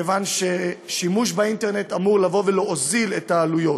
מכיוון ששימוש באינטרנט אמור להוזיל את העלויות.